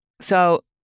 so-